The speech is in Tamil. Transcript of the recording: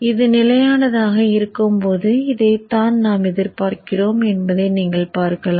இது நிலையானதாக இருக்கும் போது இதைத்தான் நாம் எதிர்பார்க்கிறோம் என்பதை நீங்கள் பார்க்கலாம்